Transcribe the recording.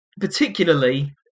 particularly